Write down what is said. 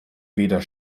weder